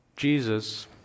Jesus